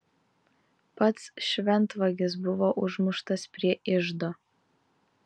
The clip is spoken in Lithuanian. pats šventvagis buvo užmuštas prie iždo